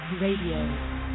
Radio